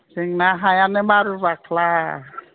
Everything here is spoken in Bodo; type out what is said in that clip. जोंना हायानो मारु माख्ला